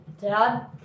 Dad